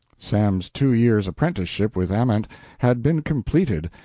sam's two years' apprenticeship with ament had been completed,